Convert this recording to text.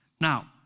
Now